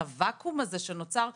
את הוואקום הזה שנוצר,